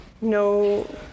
no